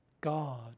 God